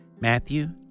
Matthew